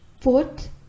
fourth